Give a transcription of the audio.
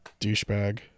douchebag